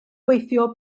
gweithio